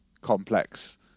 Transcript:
complex